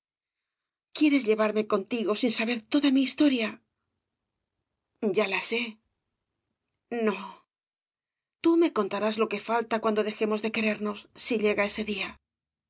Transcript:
quieres llevarme contigo sin saber toda mi historia ya la sé no tú me contarás lo que falta cuando dejemos de querernos si llega ese día